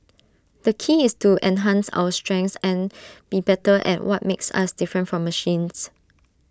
the key is to enhance our strengths and be better at what makes us different from machines